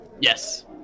Yes